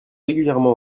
régulièrement